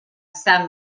sant